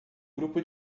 grupo